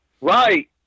right